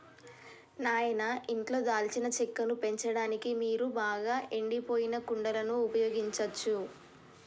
నాయిన ఇంట్లో దాల్చిన చెక్కను పెంచడానికి మీరు బాగా ఎండిపోయిన కుండలను ఉపయోగించచ్చు